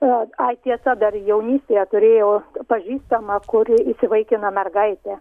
o ai tiesa dar jaunystėje turėjau pažįstamą kuri įsivaikino mergaitę